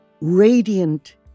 radiant